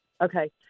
Okay